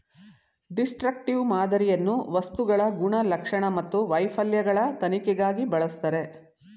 destructive ಮಾದರಿಯನ್ನು ವಸ್ತುಗಳ ಗುಣಲಕ್ಷಣ ಮತ್ತು ವೈಫಲ್ಯಗಳ ತನಿಖೆಗಾಗಿ ಬಳಸ್ತರೆ